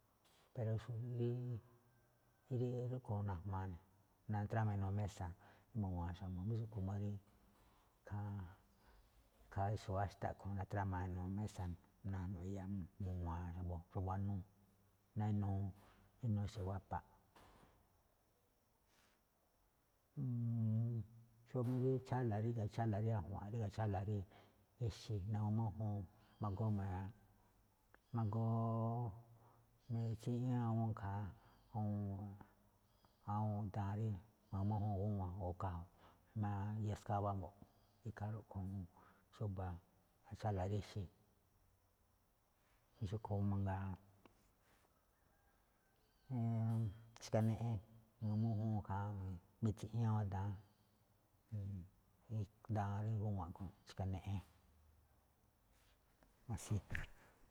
Pero xúgíí rí rúꞌkhue̱n najmaa ne̱ natrama ne̱, inuu mésa̱ mu̱wa̱a̱n jngó xúꞌkhe̱n má rí ikhaa xu̱wa̱á xtá a̱ꞌkhue̱n trama inuu mésa̱ ne̱, najno̱ꞌ iya awúun ne̱ mu̱wa̱a̱n xa̱bo̱ xa̱bo̱ buanuu, ná inuu ixe̱ wapa. xúgíí rí chála̱, ríga̱ chála̱ rí ajua̱nꞌ, ríga̱ chála̱ rí ixe̱ na̱gu̱ma mújúun, ma̱goo mi̱tsiꞌñíí awúun ikhaa awúun awúun daan rí ma̱gu̱ma mújúun gúwan o kafée o iya skawá mbo̱ꞌ, ikhaa rúꞌkhue̱n ñajuun xúba̱, chála̱ rí ixe̱. jamí xúꞌkhue̱n máꞌ mangaa xkaneꞌen na̱gu̱ma̱ mújúun ikhaa mi̱tsiꞌíín awúun daan, daan rí gúwan a̱ꞌkhue̱n xkaneꞌen.